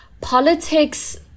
politics